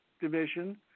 division